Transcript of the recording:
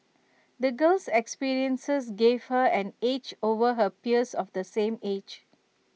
the girl's experiences gave her an edge over her peers of the same age